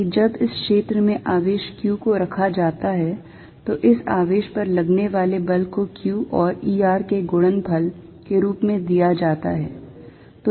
ताकि जब इस क्षेत्र में आवेश q को रखा जाता है तो इस आवेश पर लगने वाले बल को q और E r के गुणनफल के रूप में दिया जाता है